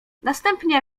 następnie